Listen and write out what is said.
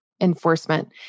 enforcement